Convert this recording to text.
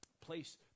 place